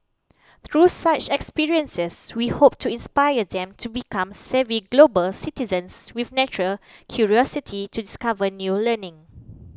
through such experiences we hope to inspire them to become savvy global citizens with natural curiosity to discover new learning